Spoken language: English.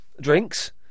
drinks